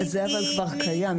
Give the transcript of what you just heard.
זה כבר קיים.